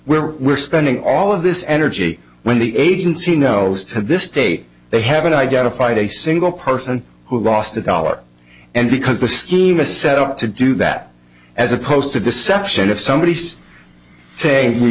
we're we're spending all of this energy when the agency knows to this state they haven't identified a single person who lost a dollar and because the scheme is set up to do that as opposed to deception if somebody